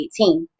2018